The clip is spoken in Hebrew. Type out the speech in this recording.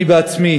אני עצמי